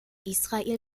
israel